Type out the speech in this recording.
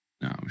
no